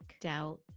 doubt